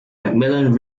macmillan